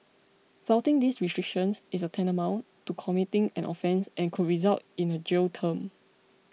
flouting these restrictions is tantamount to committing an offence and could result in the jail term